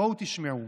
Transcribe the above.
בואו תשמעו.